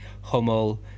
hummel